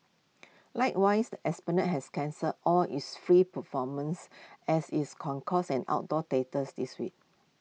likewise the esplanade has cancelled all its free performances as its concourse and outdoor theatres this week